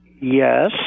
Yes